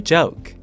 Joke